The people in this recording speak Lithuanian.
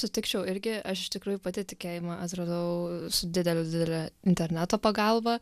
sutikčiau irgi aš iš tikrųjų pati tikėjimą atradau su didele didele interneto pagalba